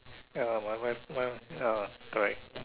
ya my wife my ya correct